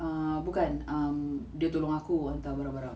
ah bukan um dia tolong aku hantar barang-barang